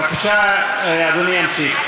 בבקשה, אדוני ימשיך.